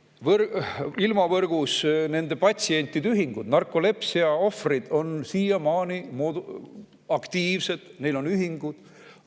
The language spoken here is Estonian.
… ilmavõrgus on nende patsientide ühingud. Narkolepsia ohvrid on siiamaani aktiivsed, neil on ühingud.